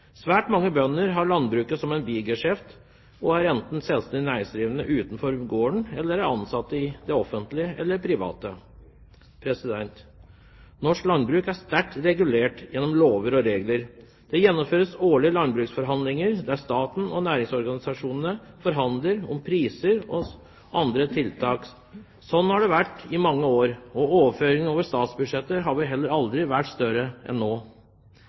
Svært mange bønder har landbruket som en bigeskjeft, og er enten selvstendig næringsdrivende utenfor gården eller er ansatt i det offentlige eller det private. Norsk landbruk er sterkt regulert gjennom lover og regler. Det gjennomføres årlige landbruksforhandlinger der staten og næringsorganisasjonene forhandler om priser og andre tiltak. Sånn har det vært i mange år, og overføringene over statsbudsjettet har vel heller aldri vært større enn nå.